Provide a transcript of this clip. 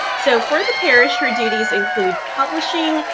so for the parish, her duties include publishing,